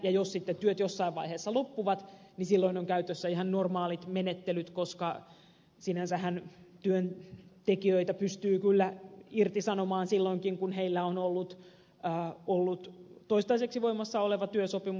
ja jos sitten työt jossain vaiheessa loppuvat silloin ovat käytössä ihan normaalit menettelyt koska sinänsähän työntekijöitä pystyy kyllä irtisanomaan silloinkin kun heillä on ollut toistaiseksi voimassa oleva työsopimus